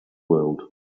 world